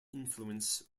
influence